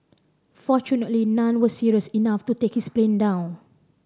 fortunately none were serious enough to take his plane down